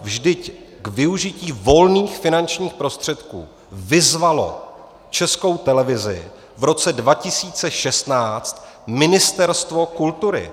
Vždyť k využití volných finančních prostředků vyzvalo Českou televizi v roce 2016 Ministerstvo kultury.